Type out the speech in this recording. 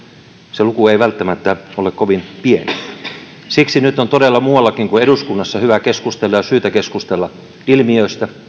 se luku ei välttämättä ole kovin pieni siksi nyt on todella muuallakin kuin eduskunnassa hyvä keskustella ja syytä keskustella ilmiöstä